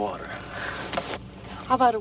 water about